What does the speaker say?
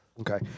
Okay